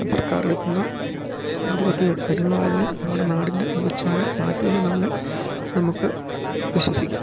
സർക്കാരിൽ എത്തുന്ന വിവിധ പദ്ധതികൾ വരും നാളുകളിൽ നമ്മുടെ നാടിൻ്റെ മുഖഛായ മാറ്റുമെന്ന് നമ്മളെ നമുക്ക് വിശ്വസിക്കാം